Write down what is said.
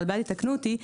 הרלב"ד יתקנו אותי,